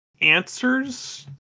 answers